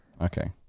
Okay